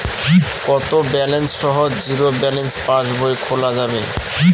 কত ব্যালেন্স সহ zero balance পাসবই খোলা যাবে?